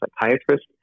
psychiatrist